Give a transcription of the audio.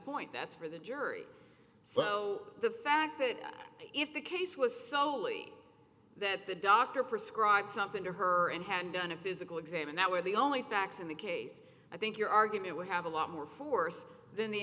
point that's for the jury so the fact that if the case was solely that the doctor prescribe something to her and hand down a physical exam and that we're the only facts in the case i think your argument would have a lot more force than the